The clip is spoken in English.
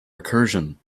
recursion